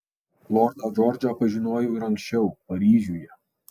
lordą džordžą pažinojau ir anksčiau paryžiuje